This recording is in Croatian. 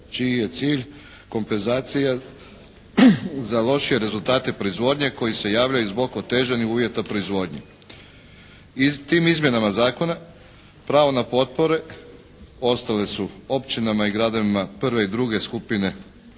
čiji je cilj kompenzacija za lošije rezultate proizvodnje koji se javljaju zbog otežanih uvjeta proizvodnje. Tim izmjenama zakona pravo na potpore ostale su općinama i gradovima prve i druge skupine